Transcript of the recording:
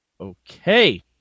okay